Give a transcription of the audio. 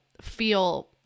feel